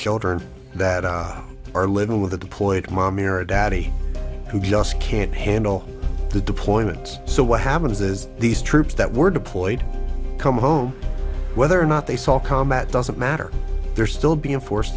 children that are living with the deployed mommy or daddy who just can't handle the deployment so what happens is these troops that were deployed come home whether or not they saw combat doesn't matter they're still being forced